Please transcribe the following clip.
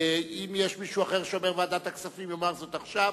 אם יש מישהו שאומר ועדת הכספים, שיאמר עכשיו,